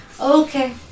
Okay